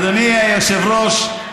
אדוני היושב-ראש,